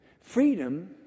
Freedom